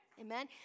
amen